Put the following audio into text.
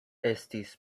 estis